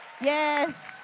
Yes